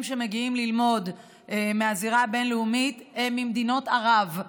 שמגיעים ללמוד מהזירה הבין-לאומית הם ממדינות ערב,